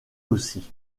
aussi